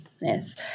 Yes